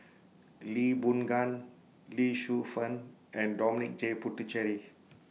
Lee Boon Ngan Lee Shu Fen and Dominic J Puthucheary